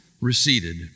receded